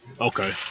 Okay